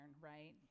right